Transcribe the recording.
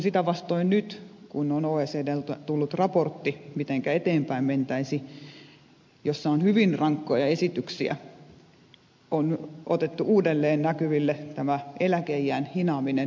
sitä vastoin nyt kun oecdltä on tullut raportti mitenkä eteenpäin mentäisiin jossa on hyvin rankkoja esityksiä on otettu uudelleen näkyville eläkeiän hinaaminen ylöspäin